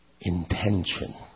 intention